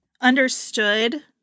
understood